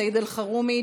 סעיד אלחרומי,